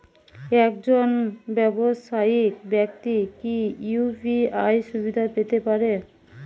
একজন ব্যাবসায়িক ব্যাক্তি কি ইউ.পি.আই সুবিধা পেতে পারে?